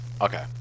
Okay